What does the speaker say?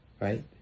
Right